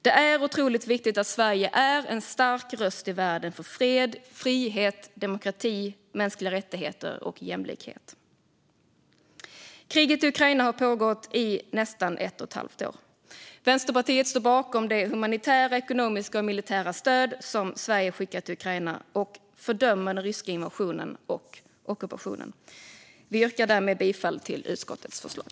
Det är otroligt viktigt att Sverige är en stark röst i världen för fred, frihet, demokrati, mänskliga rättigheter och jämlikhet. Kriget i Ukraina har pågått i nästan ett och ett halvt år. Vänsterpartiet står bakom det humanitära, ekonomiska och militära stöd som Sverige skickar till Ukraina och fördömer den ryska invasionen och ockupationen. Vi yrkar därmed bifall till utskottets förslag.